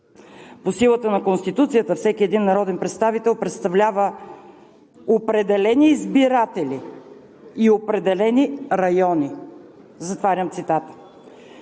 По силата на Конституцията всеки един народен представител представлява определени избиратели и определени райони“ – затварям цитата.